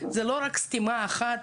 זה לא רק סתימה אחת,